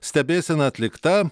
stebėsena atlikta